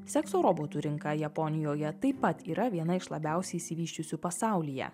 sekso robotų rinka japonijoje taip pat yra viena iš labiausiai isivysčiusių pasaulyje